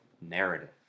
narrative